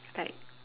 like